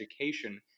education